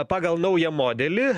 pagal naują modelį